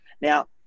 Now